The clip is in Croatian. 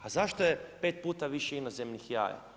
A zašto je pet puta više inozemnih jaja?